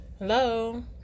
Hello